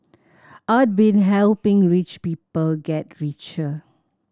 I'd been helping rich people get richer